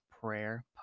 Prayer